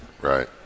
Right